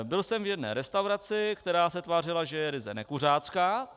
Byl jsem v jedné restauraci, která se tvářila, že je ryze nekuřácká.